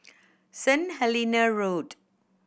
Saint Helena Road